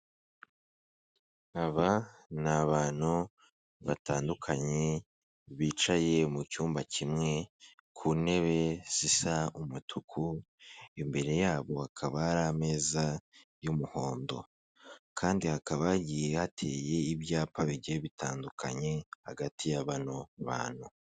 Aba ni abantu batandukanye, bicaye mu cyumba kimwe, ku ntebe zisa umutuku, imbere yabo hakaba hari ameza y'umuhondo, kandi hakaba hagiye hateye ibyapa bigiye bitandukanye, hagati yabano bantu.